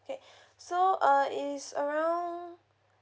K so uh is around